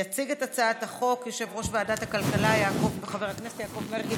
יציג את הצעת החוק יושב-ראש ועדת הכלכלה חבר הכנסת יעקב מרגי,